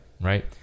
right